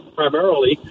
primarily